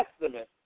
Testament